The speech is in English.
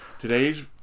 today's